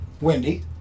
Wendy